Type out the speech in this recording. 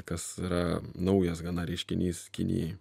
kas yra naujas gana reiškinys kinijai